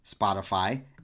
Spotify